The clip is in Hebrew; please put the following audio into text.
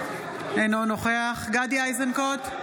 אינו נוכח גדי איזנקוט,